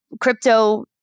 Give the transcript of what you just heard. crypto